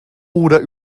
oder